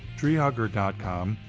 treehugger com,